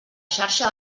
xarxa